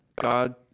God